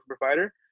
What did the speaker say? provider